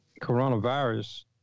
coronavirus